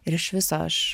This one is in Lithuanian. ir iš viso aš